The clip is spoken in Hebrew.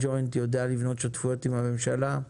הג'וינט יודע לבנות שותפויות עם הממשלה.